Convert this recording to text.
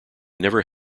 never